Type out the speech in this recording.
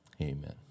amen